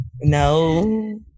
No